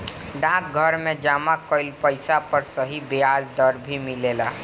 डाकघर में जमा कइल पइसा पर सही ब्याज दर भी मिलेला